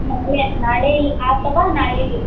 ನಾಳೆ ನಾಳೆ ಇಲ್ಲ ಅಥವಾ ನಾಳಿದ್ದು